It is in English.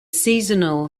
seasonal